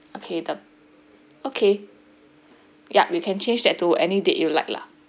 okay the okay yup you can change that to any date you like lah